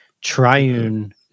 triune